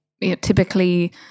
typically